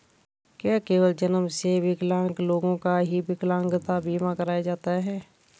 क्या केवल जन्म से विकलांग लोगों का ही विकलांगता बीमा कराया जाता है?